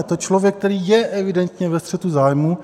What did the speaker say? Je to člověk, který je evidentně ve střetu zájmů.